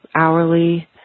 hourly